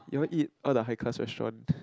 you all eat all the high class restaurant